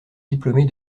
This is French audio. diplômée